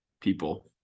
people